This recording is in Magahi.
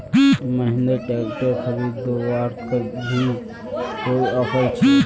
महिंद्रा ट्रैक्टर खरीदवार अभी कोई ऑफर छे?